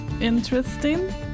Interesting